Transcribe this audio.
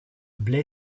blaye